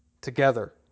together